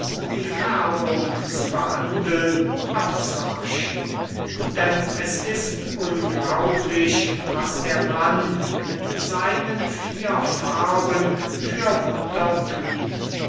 die färbung zu behandeln abzuhaschen denn es ist unglaublich was der mann mit seinen vier farben für